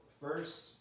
first